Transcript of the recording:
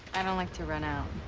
i don't like to run out.